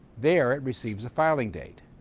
there, it receives a filing date.